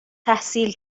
تحصیل